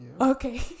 Okay